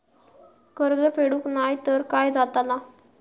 कर्ज फेडूक नाय तर काय जाताला?